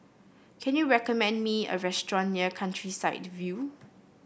can you recommend me a restaurant near Countryside View